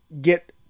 get